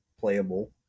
playable